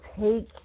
take